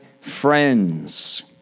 friends